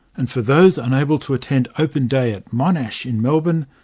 and for those unable to attend open day at monash in melbourne,